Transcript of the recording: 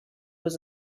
was